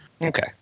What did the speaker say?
Okay